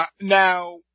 now